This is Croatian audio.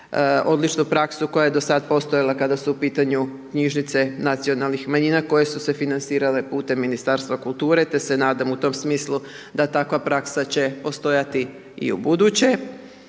odličnu praksu koja je do sada postojala kada su u pitanju knjižnice nacionalnih manjina, koje su se financirale putem Ministarstva kulture, te se nadam u tom smislu da takva praksa će postojati i u buduće.